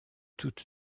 toutes